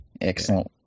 excellent